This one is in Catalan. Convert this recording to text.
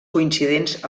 coincidents